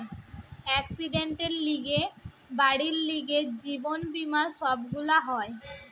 একসিডেন্টের লিগে, বাড়ির লিগে, জীবন বীমা সব গুলা হয়